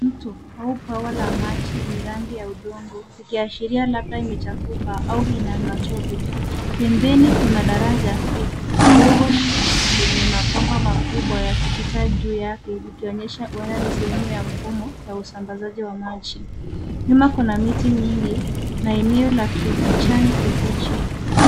Mto au bwawa la maji yenye rangi ya udongo ikiashiria labda imechafuka au ina matope. Pembeni kuna daraja ndogo lenye mabomba makubwa yakipita juu yake ikionyesha huenda ni sehemu ya mfumo wa usambazaji wa maji. Nyuma kuna miti mingi na eneo la kijani kibichi.